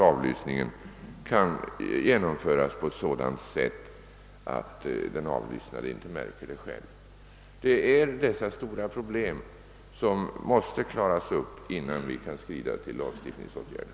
Avlyssningen går ju att genomföra på ett sådant sätt att den avlyssnade inte märker någonting. Det är dessa stora problem som måste lösas innan vi kan skrida till lagstiftningsåtgärder.